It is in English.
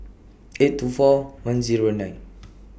eight two four one Zero nine